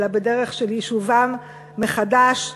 אלא בדרך של יישובם מחדש בהידברות,